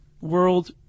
world